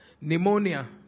pneumonia